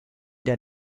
der